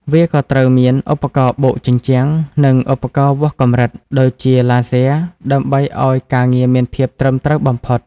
វាក៏ត្រូវមាន ឧបករណ៍បូកជញ្ជាំង និង ឧបករណ៍វាស់កម្រិត ដូចជាឡាស៊ែរដើម្បីឱ្យការងារមានភាពត្រឹមត្រូវបំផុត។